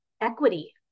equity